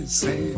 say